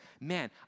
Man